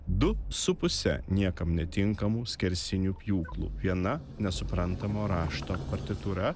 du su puse niekam netinkamų skersinių pjūklų viena nesuprantamo rašto partitūra